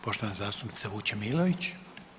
Poštovana zastupnica Vučemilović.